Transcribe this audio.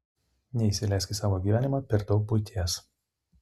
neįsileisk į savo gyvenimą per daug buities